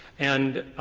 and